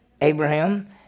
Abraham